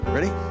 Ready